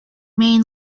main